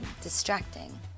distracting